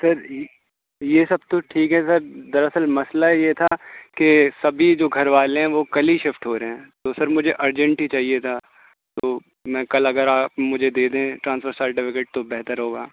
سر یہ سب تو ٹھیک ہے سر دراصل مسئلہ یہ تھا کہ سبھی جو گھر والے ہیں وہ کل ہی شفٹ ہو رہے ہیں تو سر مجھے ارجنٹلی چاہیے تھا تو میں کل اگر آپ مجھے دے دیں ٹرانسفر سرٹیفکٹ تو بہتر ہوگا